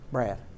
Brad